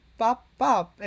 pop-pop